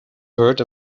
heard